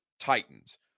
Titans